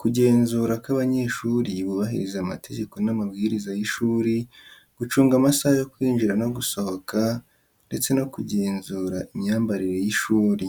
kugenzura ko abanyeshuri bubahiriza amategeko n’amabwiriza y’ishuri, gucunga amasaha yo kwinjira no gusohoka, ndetse no kugenzura imyambarire y’ishuri.